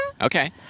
Okay